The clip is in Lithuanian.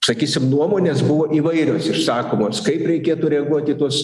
sakysim nuomonės buvo įvairios ir išsakomos kaip reikėtų reaguot į tuos